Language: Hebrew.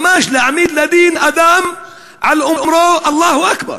ממש להעמיד לדין אדם על אומרו "אללהו אכבר".